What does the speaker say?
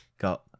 got-